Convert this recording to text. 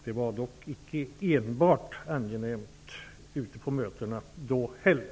Det var dock inte enbart angenämt ute på mötena då heller.